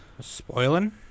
Spoiling